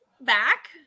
back